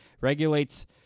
regulates